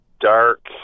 dark